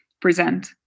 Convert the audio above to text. present